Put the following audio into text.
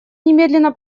немедленно